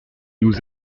nous